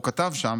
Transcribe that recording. הוא כתב שם,